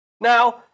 Now